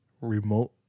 remote